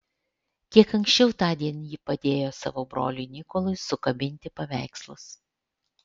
kiek anksčiau tądien ji padėjo savo broliui nikolui sukabinti paveikslus